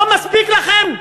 לא מספיק לכם?